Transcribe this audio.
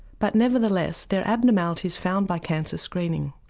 but nevertheless they're abnormalities found by cancer screening.